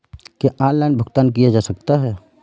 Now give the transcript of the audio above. क्या ऑनलाइन भुगतान किया जा सकता है?